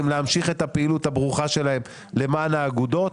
להמשיך את הפעילות הברוכה שלהם למען האגודות.